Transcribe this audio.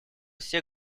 все